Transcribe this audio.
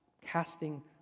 casting